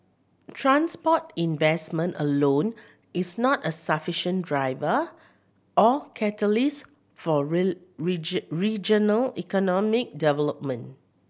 transport investment alone is not a sufficient driver or catalyst for regional economic development